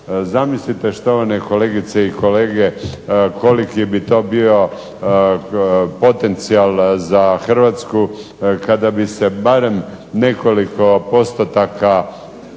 Zamislite štovane kolegice i kolege, koliki bi to bio potencijal za Hrvatsku kada bi se barem nekoliko postotaka